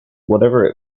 whatever